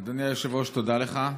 אדוני היושב-ראש, תודה לך.